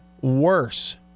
worse